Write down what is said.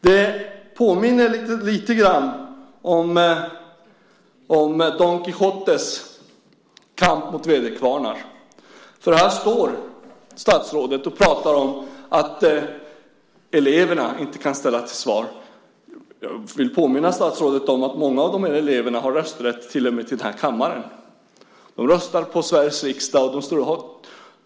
Det påminner lite grann om Don Quijotes kamp mot väderkvarnar, för här står statsrådet och pratar om att eleverna inte kan ställas till svars. Jag vill påminna statsrådet om att många av de här eleverna har rösträtt till och med till den här kammaren. De röstar i valet till Sveriges riksdag.